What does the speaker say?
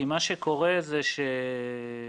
מה שקורה זה - שוב,